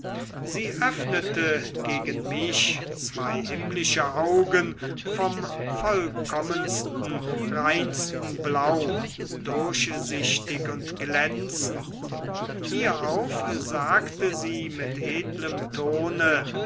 sie öffnete gegen mich zwei himmlische augen vom vollkommensten reinsten blau durchsichtig und glänzend hierauf sagte sie mit edlem tone